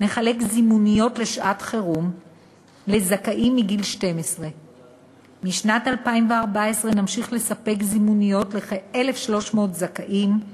מחלק זימוניות לשעת-חירום לזכאים מגיל 12. בשנת 2014 נמשיך לספק זימוניות לכ-1,300 זכאים,